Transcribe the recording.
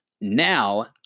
now